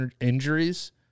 injuries